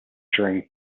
during